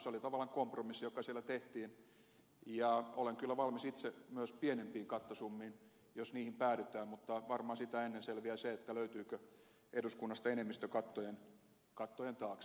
se oli tavallaan kompromissi joka siellä tehtiin ja olen kyllä valmis itse myös pienempiin kattosummiin jos niihin päädytään mutta varmaan sitä ennen selviää se löytyykö eduskunnasta enemmistö kattojen taakse